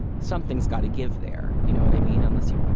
something's got to give there. you know what i mean? unless you